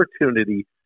opportunity